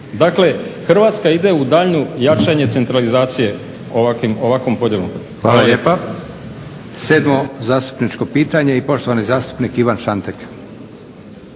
Dakle, Hrvatska ide u daljnje jačanje centralizacije ovakvom podjelom. Hvala. **Leko, Josip (SDP)** Hvala lijepa. Sedmo zastupničko pitanje, poštovani zastupnik Ivan Šantek.